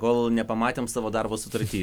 kol nepamatėm savo darbo sutarty